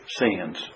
sins